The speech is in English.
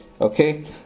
okay